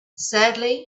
sadly